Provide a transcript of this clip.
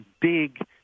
big